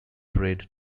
bread